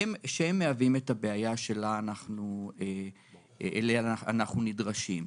שהם מהווים את הבעיה שאליה אנחנו נדרשים.